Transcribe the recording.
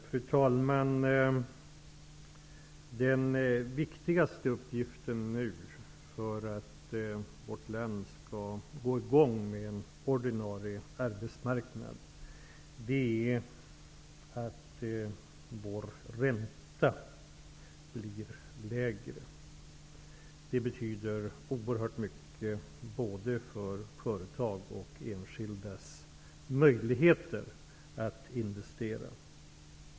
Fru talman! Den viktigaste uppgiften nu för att vårt land skall komma i gång med en ordinarie arbetsmarknad är att vår ränta blir lägre. Det betyder oerhört mycket både för företagens och för enskildas möjligheter att investera.